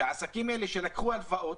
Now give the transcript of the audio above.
שהעסקים האלה שלקחו הלוואות